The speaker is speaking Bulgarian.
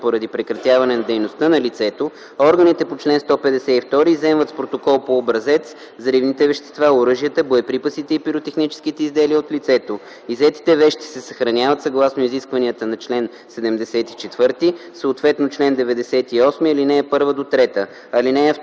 поради прекратяване на дейността на лицето, органите по чл. 152 изземват с протокол по образец взривните вещества, оръжията, боеприпасите и пиротехническите изделия от лицето. Иззетите вещи се съхраняват съгласно изискванията на чл. 74, съответно чл. 98, ал. 1-3. (2)